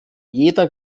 jeder